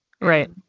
right